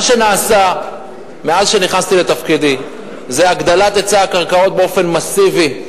מה שנעשה מאז נכנסתי לתפקידי זה הגדלת היצע הקרקעות באופן מסיבי.